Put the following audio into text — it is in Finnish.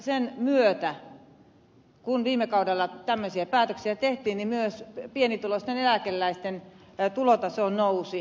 sen myötä kun viime kaudella tämmöisiä päätöksiä tehtiin myös pienituloisten eläkeläisten tulotaso nousi